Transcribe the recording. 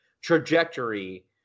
trajectory